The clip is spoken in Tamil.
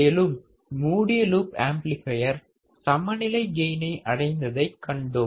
மேலும் மூடிய லூப் ஆம்ப்ளிபையர் சமநிலை கெயினை அடைந்ததைக் கண்டோம்